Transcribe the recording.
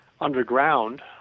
underground